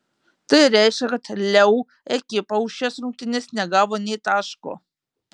tai reiškia kad leu ekipa už šias rungtynes negavo nė taško